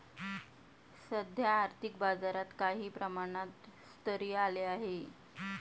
सध्या आर्थिक बाजारात काही प्रमाणात स्थैर्य आले आहे